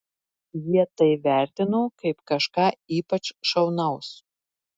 jie tai vertino kaip kažką ypač šaunaus